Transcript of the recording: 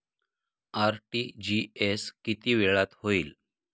RTGS किती वेळात होईल?